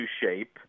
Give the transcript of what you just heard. shape